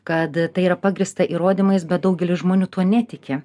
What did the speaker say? kad tai yra pagrįsta įrodymais bet daugelis žmonių tuo netiki